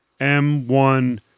M1